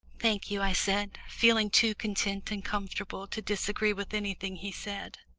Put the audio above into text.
thank you, i said, feeling too content and comfortable to disagree with anything he said.